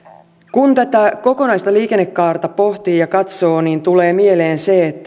kun tätä kokonaista liikennekaarta pohtii ja katsoo niin tulee mieleen